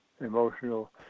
emotional